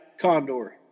Condor